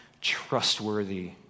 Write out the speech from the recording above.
trustworthy